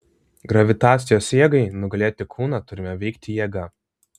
gravitacijos jėgai nugalėti kūną turime veikti jėga